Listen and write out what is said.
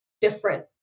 different